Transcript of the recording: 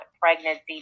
pregnancy